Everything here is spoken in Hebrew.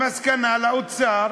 המסקנה: לאוצר